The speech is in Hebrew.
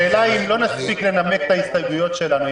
השאלה אם לא נספיק לנמק את ההסתייגויות שלנו,